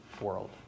world